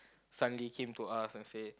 silently came to us and said